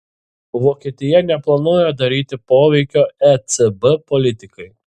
vokietija neplanuoja daryti poveikio ecb politikai